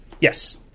Yes